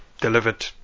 delivered